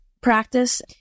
practice